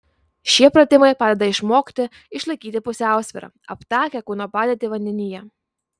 šie pratimai padeda išmokti išlaikyti pusiausvyrą aptakią kūno padėtį vandenyje